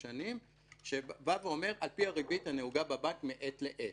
על פי הריבית הנהוגה בבנק מעת לעת.